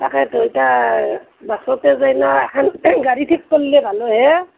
তাকেতো এতিয়া বাছতে যায়নে এখন গাড়ী ঠিক কৰিলে ভাল হয় এ